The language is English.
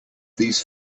these